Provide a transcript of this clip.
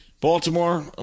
Baltimore